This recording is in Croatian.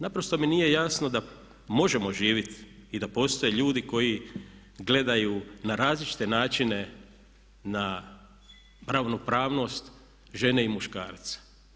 Naprosto mi nije jasno da možemo živjeti i da postoje ljudi koji gledaju na različite načine na ravnopravnost žene i muškarca.